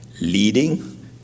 leading